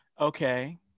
Okay